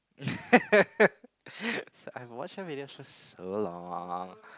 I've watched her videos for so long